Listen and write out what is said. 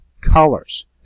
colors